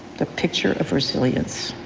the picture of resilience.